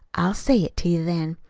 i'll say it to you, then.